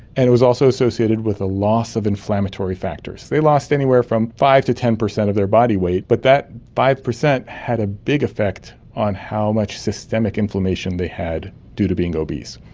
and it was also associated with a loss of inflammatory factors. they lost anywhere from five percent to ten percent of their body weight, but that five percent had a big effect on how much systemic inflammation they had due to being obese.